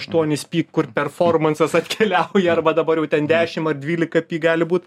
aštuonis pi kur performansas atkeliauja arba dabar jau ten dešim ar dvylika pi gali būt